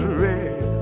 red